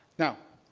now,